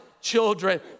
Children